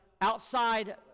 outside